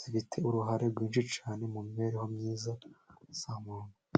zifite uruhare rwinshi cyane mu mibereho myiza y'abantu.